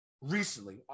recently